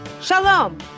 shalom